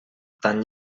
tant